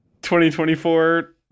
2024